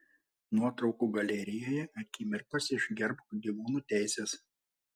nuotraukų galerijoje akimirkos iš gerbk gyvūnų teises